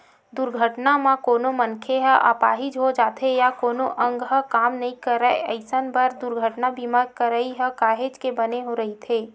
दुरघटना म कोनो मनखे ह अपाहिज हो जाथे या कोनो अंग ह काम नइ करय अइसन बर दुरघटना बीमा के करई ह काहेच के बने रहिथे